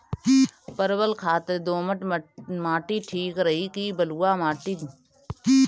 परवल खातिर दोमट माटी ठीक रही कि बलुआ माटी?